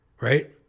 right